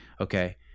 Okay